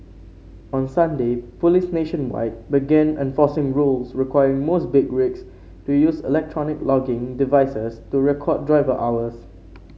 on Sunday police nationwide began enforcing rules requiring most big rigs to use electronic logging devices to record driver hours